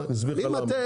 אני מטעה?